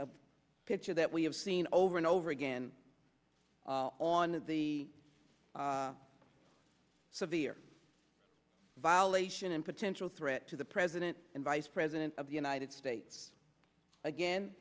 a picture that we have seen over and over again on the severe violation and potential threat to the president and vice president of the united states again